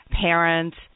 parents